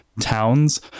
towns